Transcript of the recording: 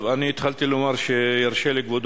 אני התחלתי לומר שירשה לי כבודו